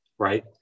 right